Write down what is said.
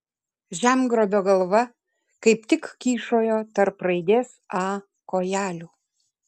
žemgrobio galva kaip tik kyšojo tarp raidės a kojelių